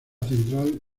central